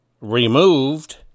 removed